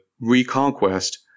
reconquest